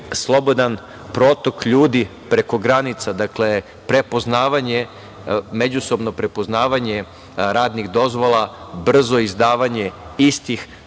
slobodan protok ljudi preko granica, dakle prepoznavanje, međusobno prepoznavanje radnih dozvola, brzo izdavanje istih,